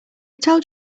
told